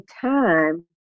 time